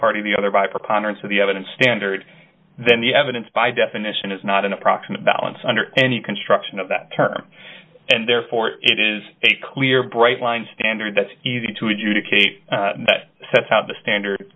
party or the other by preponderance of the evidence standard then the evidence by definition is not an approximate balance under any construction of that term and therefore it is a clear bright line standard that's easy to adjudicate that sets out the standard